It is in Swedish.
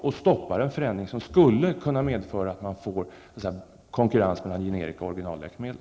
Man stoppar därigenom en förändring som skulle kunna medföra konkurrens mellan generika och originalläkemedel.